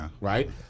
right